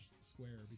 square